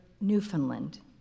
Newfoundland